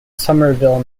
somerville